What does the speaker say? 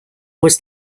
was